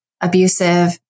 abusive